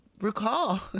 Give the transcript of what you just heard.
recall